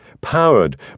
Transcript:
Powered